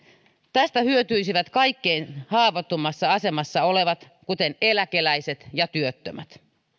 tästä hyötyisivät kaikkein haavoittuvimmassa asemassa olevat kuten eläkeläiset ja työttömät